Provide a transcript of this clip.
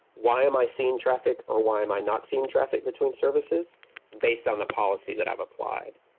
why am i seeing traffic, or why am i not seeing traffic between services based on the policy that i've applied?